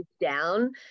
down